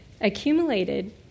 accumulated